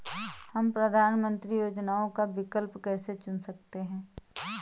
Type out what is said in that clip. हम प्रधानमंत्री योजनाओं का विकल्प कैसे चुन सकते हैं?